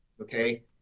Okay